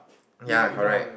eve~ even harder